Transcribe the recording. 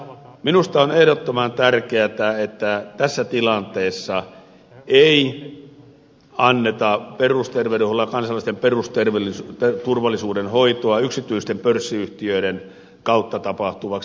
minusta on ehdottoman tärkeätä että tässä tilanteessa ei anneta perusterveydenhuollon ja kansalaisten perusturvallisuuden hoitoa yksityisten pörssiyhtiöiden kautta tapahtuvaksi